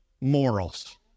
morals